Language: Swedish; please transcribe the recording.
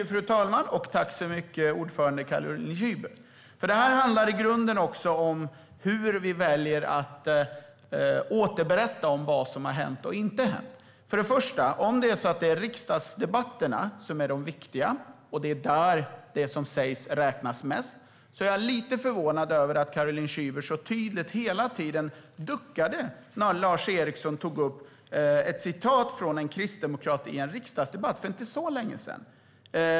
Fru talman! Tack, utskottsordförande Caroline Szyber! Detta handlar i grunden om hur vi väljer att återberätta vad som har hänt och inte hänt. Först och främst: Om det är riksdagsdebatterna som är de viktiga och att det är där det som sägs räknas mest är jag lite förvånad över att Caroline Szyber så tydligt hela tiden duckade när Lars Eriksson tog upp ett citat från en kristdemokrat i en riksdagsdebatt för inte så länge sedan.